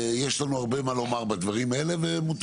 יש לנו הרבה מה לומר בדברים האלה ומותר